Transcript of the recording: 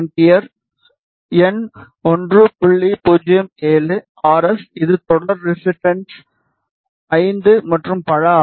07 R S இது தொடர் resistance 5 மற்றும் பல ஆகும்